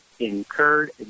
incurred